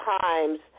times